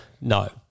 no